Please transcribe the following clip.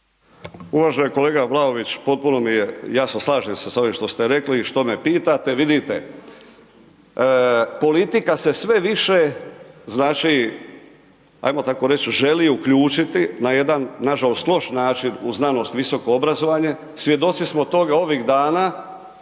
Uvaženi kolega Vlaović, potpuno mi je jasno, slažem se sa ovim što ste rekli i što me pitate. Vidite, politika se sve više ajmo tako reći, želi uključiti na jedan nažalost loš način u znanost i visoko obrazovanje, svjedoci smo toga ovih dana